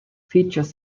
features